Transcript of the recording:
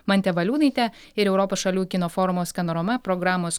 mante valiūnaite ir europos šalių kino forumo skanorama programos